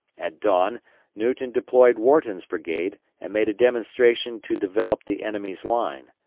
at dawn newton deployed wharton's brigade and made a demonstration to develop the enemy's line.